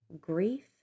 Grief